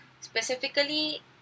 specifically